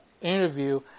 interview